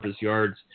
yards